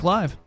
Live